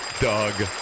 Doug